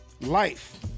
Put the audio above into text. Life